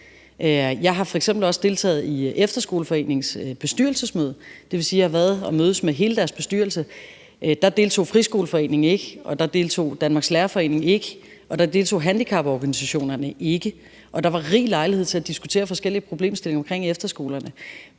også deltaget i Efterskoleforeningens bestyrelsesmøde. Det vil sige, at jeg har mødtes med hele deres bestyrelse. Der deltog Friskoleforeningen ikke, og der deltog Danmarks Lærerforening ikke, og der deltog handicaporganisationerne ikke, og der var rig lejlighed til at diskutere forskellige problemstillinger omkring efterskolerne.